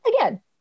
again